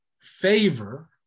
favor